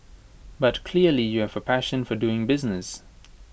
but clearly you have A passion for doing business